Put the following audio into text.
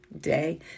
day